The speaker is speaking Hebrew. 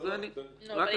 אבל היא נציגתו.